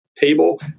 table